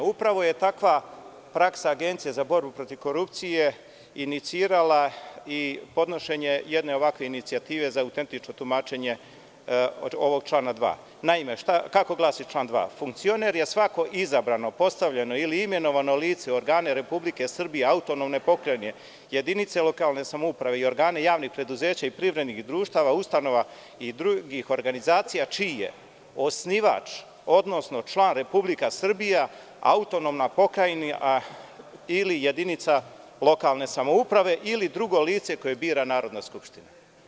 Upravo je takva praksa Agencije za borbu protiv korupcije inicirala i podnošenje jede ovakve inicijative za autentično tumačenje ovog člana 2. Naime, kako glasi član 2 – funkcioner je svako izabrano, postavljeno ili imenovano lice organe Republike Srbije, autonomne pokrajine, jedinice lokalne samouprave i organa javnog preduzeća i privrednih društava, ustanova i drugih organizacija čiji je osnivač, odnosno član Republika Srbija, autonomna pokrajina ili jedinica lokalne samouprave ili drugo lice koje bira Narodna skupština.